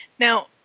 Now